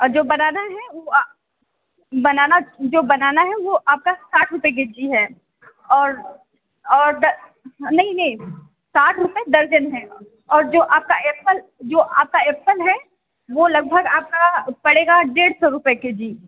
और जो बनाना है वह बनाना जो बनाना है वह आपका साठ रुपये के जी है और और द नहीं नहीं साठ रुपये दर्जन है और जो आपका एप्पल जो आपका एप्पल है वह लगभग आपका पड़ेगा डेढ़ सौ रुपये के जी